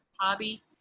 hobby